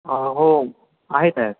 हो आहेत आहेत